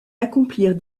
accomplir